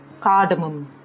Cardamom